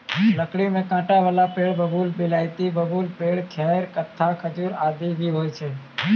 लकड़ी में कांटा वाला पेड़ बबूल, बिलायती बबूल, बेल, खैर, कत्था, खजूर आदि भी होय छै